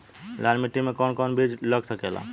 लाल मिट्टी में कौन कौन बीज लग सकेला?